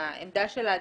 העמדה של האדם.